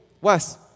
Wes